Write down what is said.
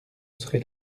serai